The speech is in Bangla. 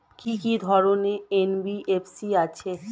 কি কি ধরনের এন.বি.এফ.সি আছে?